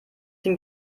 den